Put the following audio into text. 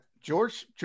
George